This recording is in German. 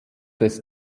des